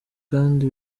kandi